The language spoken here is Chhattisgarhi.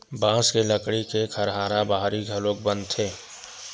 बांस के लकड़ी के खरहारा बाहरी घलोक बनथे